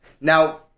now